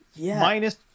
minus